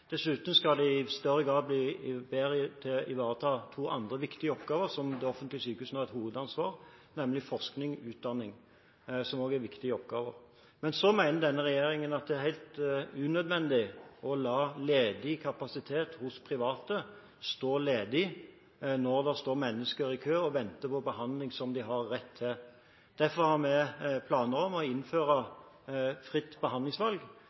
Dessuten skal de i større grad bli bedre til å ivareta to andre viktige oppgaver som de offentlige sykehusene har et hovedansvar for, nemlig forskning og utdanning, som også er viktige oppgaver. Men så mener denne regjeringen at det er helt unødvendig å la ledig kapasitet hos private stå ledig, når det står mennesker i kø og venter på behandling som de har rett til. Derfor har vi planer om å innføre fritt behandlingsvalg,